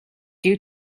due